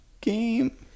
Game